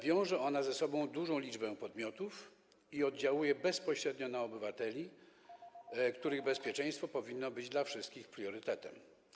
Wiąże ona ze sobą dużą liczbę podmiotów i oddziałuje bezpośrednio na obywateli, których bezpieczeństwo powinno być dla wszystkich priorytetem.